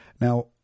Now